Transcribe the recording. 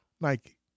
Nike